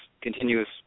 continuous